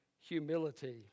humility